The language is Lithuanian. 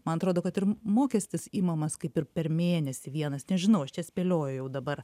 man atrodo kad ir mokestis imamas kaip ir per mėnesį vienas nežinau aš čia spėliojo jau dabar